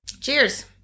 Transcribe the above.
Cheers